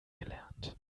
gelernt